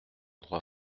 droit